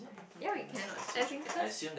ya we can what as in cause